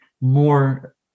more